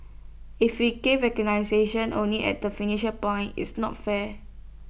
if we give recognition only at the finishing point it's not fair